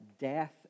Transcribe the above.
death